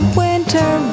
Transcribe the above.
winter